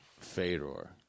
Fedor